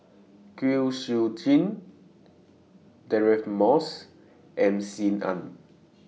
Kwek Siew Jin Deirdre Moss and SIM Ann